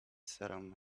serum